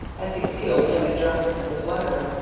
as he sealed and addressed this letter.